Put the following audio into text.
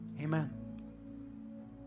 Amen